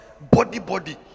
body-body